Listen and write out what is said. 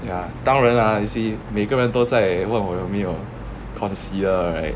ya 当然 lah you see 每个人都在问我有没有 consider right